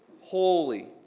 holy